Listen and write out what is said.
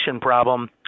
problem